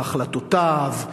והחלטותיו,